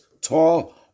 tall